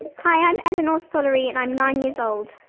hi. i'm eleanor stollery and i'm nine yrs old.